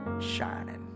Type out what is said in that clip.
shining